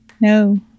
No